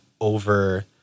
over